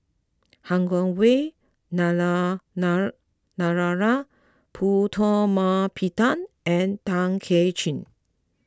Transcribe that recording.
Han Guangwei Narana Narara Putumaippittan and Tay Kay Chin